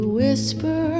whisper